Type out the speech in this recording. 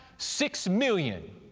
six million